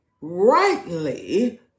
rightly